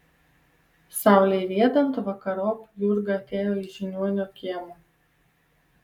saulei riedant vakarop jurga atėjo į žiniuonio kiemą